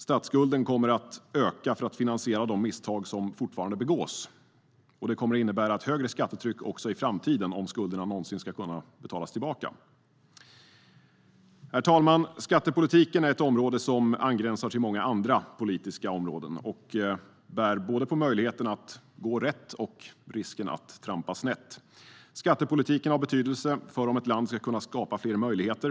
Statsskulden kommer dessutom att öka för att finansiera de misstag som fortfarande begås, vilket kommer att innebära ett högre skattetryck även i framtiden om skulderna någonsin ska kunna betalas tillbaka. Herr talman! Skattepolitiken är ett område som angränsar till många andra politiska områden. Den bär både på möjligheten att gå rätt och på risken att trampa snett. Skattepolitiken har betydelse för om ett land ska kunna skapa fler möjligheter.